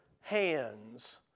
hands